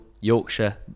Yorkshire